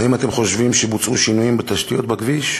האם אתם חושבים שבוצעו שינויים בתשתיות בכביש?